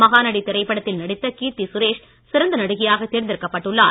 மகாநடி திரைப்படத்தில் நடித்த கீர்த்தி சுரேஷ் சிறந்த நடிகையாகத் தேர்ந்தெடுக்கப்பட்டு உள்ளார்